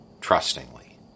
trustingly